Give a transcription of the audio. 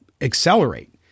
accelerate